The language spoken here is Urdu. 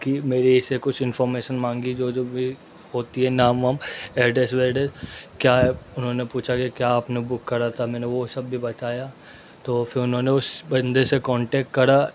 کہ میرے سے کچھ انفارمیشن مانگی جو جو بھی ہوتی ہے نام وام ایڈریس ویڈریس کیا انہوں نے پوچھا کہ کیا آپ نے بک کرا تھا میں نے وہ سب بھی بتایا تو پھر انہوں نے اس بندے سے کانٹیکٹ کرا